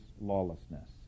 lawlessness